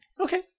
Okay